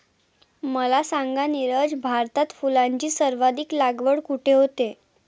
मला सांगा नीरज, भारतात फुलांची सर्वाधिक लागवड कुठे होते?